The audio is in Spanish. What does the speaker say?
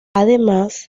además